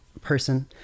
person